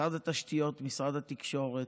משרד התשתיות, משרד התקשורת,